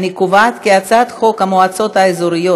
אני קובעת כי הצעת חוק המועצות האזוריות